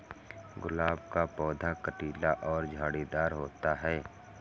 गुलाब का पौधा कटीला और झाड़ीदार होता है